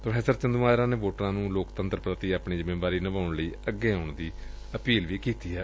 pro Chandumajra ਨੇ ਵੋਟਰਾਂ ਨੂੰ ਲੋਕਤੰਤਰ ਪ੍ਰਤੀ ਆਪਣੀ ਜਿੰਮੇਦਾਰੀ ਨਿਭਾਉਣ ਲਈ ਅੱਗੇ ਆਉਣ ਦੀ ਅਪੀਲ ਕੀਤੀ ਐ